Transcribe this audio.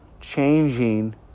changing